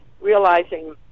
realizing